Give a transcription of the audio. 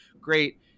great